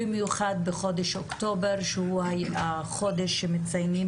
במיוחד בחודש אוקטובר שהוא החודש שמציינים